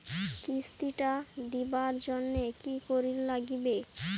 কিস্তি টা দিবার জন্যে কি করির লাগিবে?